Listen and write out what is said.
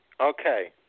Okay